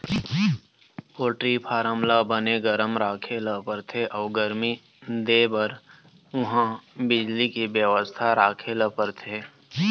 poultry farm ल बने गरम राखे ल परथे अउ गरमी देबर उहां बिजली के बेवस्था राखे ल परथे